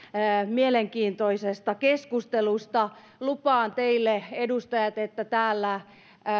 mielenkiintoisesta keskustelusta lupaan teille edustajat että täällä